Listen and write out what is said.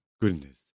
Goodness